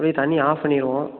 உடனே தண்ணியை ஆஃப் பண்ணிருவோம்